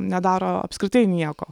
nedaro apskritai nieko